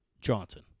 Johnson